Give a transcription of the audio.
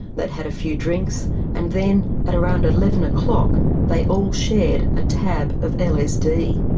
they'd had a few drinks and then at around eleven o'clock they all shared a tab of lsd.